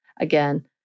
again